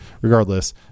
regardless